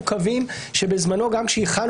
אני חושב שהיום,